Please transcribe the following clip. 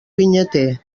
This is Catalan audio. vinyater